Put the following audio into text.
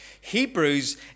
Hebrews